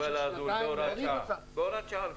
להוריד את המגבלה הזו בהוראת שעה לפחות.